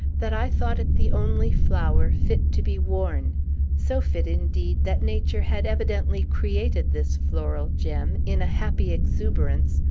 that i thought it the only flower fit to be worn so fit, indeed, that nature had evidently created this floral gem, in a happy exuberance,